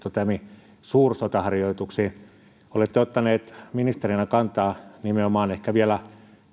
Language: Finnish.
toteamiin suursotaharjoituksiin olette ottanut ministerinä kantaa nimenomaan vielä